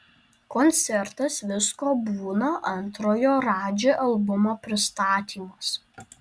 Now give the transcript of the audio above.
koncertas visko būna antrojo radži albumo pristatymas